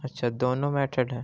اچھا دونوں میٹھڈ ہے